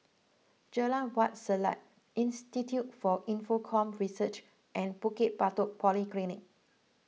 Jalan Wak Selat Institute for Infocomm Research and Bukit Batok Polyclinic